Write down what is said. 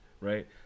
right